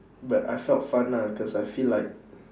but I felt fun lah cause I feel like